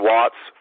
Watts